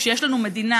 כשיש לנו מדינה,